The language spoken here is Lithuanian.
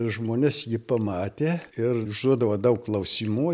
žmonės jį pamatė ir užduodavo daug klausimų